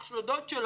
אח שלו או דוד שלו,